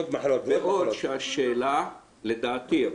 בעוד שהשאלה לדעתי,